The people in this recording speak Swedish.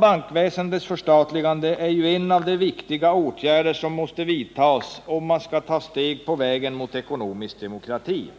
Bankväsendets förstatligande är en av de viktiga åtgärder som måste vidtas om man skall ta något steg på vägen mot ekonomisk demokrati.